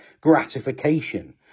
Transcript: gratification